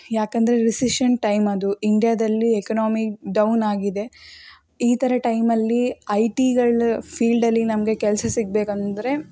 ಯಾಕಂದರೆ recession time ಅದು ಇಂಡ್ಯಾದಲ್ಲಿ ಎಕನಾಮಿ ಡೌನ್ ಆಗಿದೆ ಈ ಥರ ಟೈಮಲ್ಲಿ ಐ ಟಿಗಳ ಫೀಲ್ಡಲ್ಲಿ ನಮಗೆ ಕೆಲಸ ಸಿಗಬೇಕಂದ್ರೆ